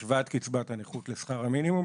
השוואת קצבת הנכות לשכר המינימום,